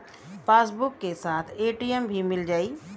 Passbook के साथ ATM भी मील जाई?